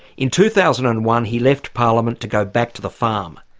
in two thousand and one he left parliament to go back to the farm.